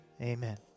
amen